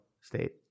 State